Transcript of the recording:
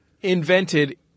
Invented